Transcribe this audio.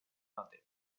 nothing